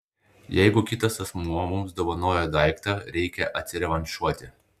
jeigu kitas asmuo mums dovanojo daiktą reikia atsirevanšuoti